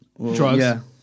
Drugs